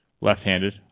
left-handed